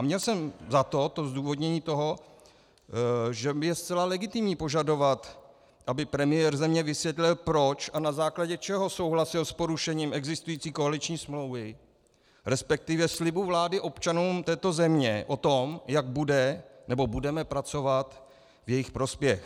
Měl jsem za to, že je zcela legitimní požadovat, aby premiér země vysvětlil, proč a na základě čeho souhlasil s porušením existující koaliční smlouvy, respektive slibu vlády občanům této země o tom, jak bude, nebo budeme pracovat v jejich prospěch.